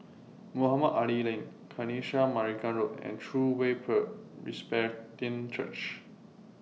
Mohamed Ali Lane Kanisha Marican Road and True Way Presbyterian Church